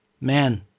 Man